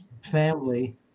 family